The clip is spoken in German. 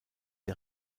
der